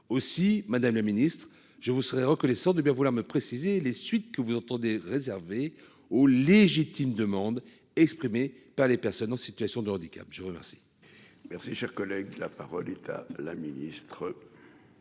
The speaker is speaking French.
aussi Madame le Ministre je vous serez recoller, sorte de bien vouloir me préciser les suites que vous entendez réservé aux légitimes demandes exprimées par les personnes en situation de handicap. Je remercie.